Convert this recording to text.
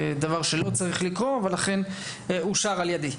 דבר שלא צריך היה לקרות אבל אושר איתי.